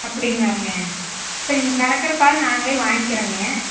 அப்படிங்களாங்க இப்போ நீங்கள் கறக்கிற பால் நாங்களே வாங்கிக்கிறேங்க